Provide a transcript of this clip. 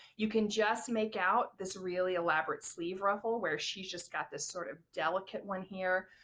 you can just make out this really elaborate sleeve ruffle where she's just got this sort of delicate one here.